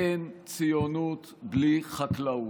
אין ציונות בלי חקלאות.